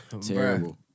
Terrible